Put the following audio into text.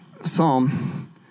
Psalm